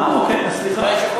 אה, אוקיי, סליחה.